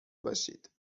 باشید